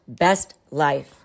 bestlife